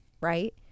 right